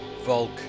Volk